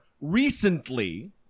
recently